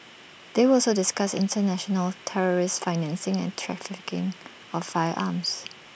they will also discuss International terrorist financing and trafficking of firearms